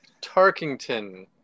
Tarkington